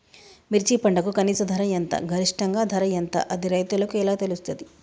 మిర్చి పంటకు కనీస ధర ఎంత గరిష్టంగా ధర ఎంత అది రైతులకు ఎలా తెలుస్తది?